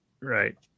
Right